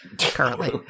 currently